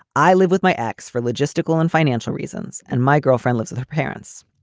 i live with my ex for logistical and financial reasons and my girlfriend lives with her parents.